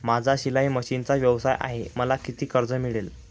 माझा शिलाई मशिनचा व्यवसाय आहे मला किती कर्ज मिळेल?